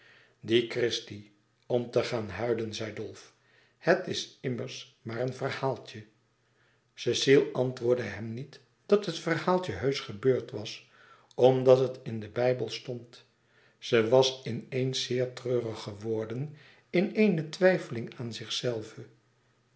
die christie om te gaan huilen zei dolf het is immers maar een verhaaltje cecile antwoordde hem niet dat het verhaaltje heusch gebeurd was omdat het in den bijbel stond ze was in eens zeer treurig geworden in eene twijfeling aan zichzelve